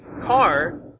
car